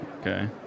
Okay